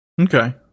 Okay